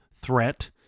threat